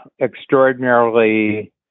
extraordinarily